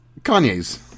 Kanye's